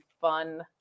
fun